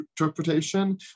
interpretation